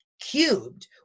cubed